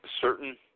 certain